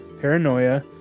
paranoia